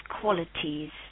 qualities